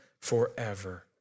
forever